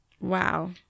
Wow